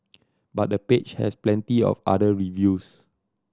but the page has plenty of other reviews